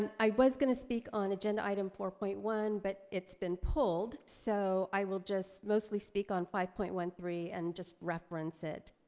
and i was gonna speak on agenda item four point one but it's been pulled so i will just mostly speak on five point one three and just reference it.